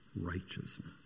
righteousness